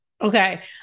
Okay